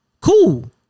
Cool